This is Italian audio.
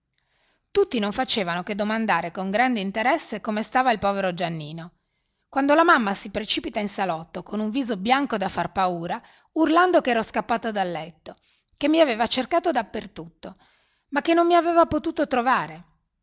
tutti non facevano che domandare con grande interesse come stava il povero giannino quando la mamma si precipita in salotto con un viso bianco da far paura urlando che ero scappato dal letto che mi aveva cercato dappertutto ma che non mi aveva potuto trovare